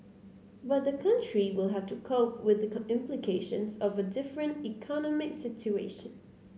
but the country will have to cope with the implications of a different economic situation